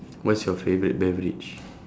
what's your favourite beverage